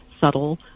subtle